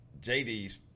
jd's